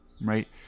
right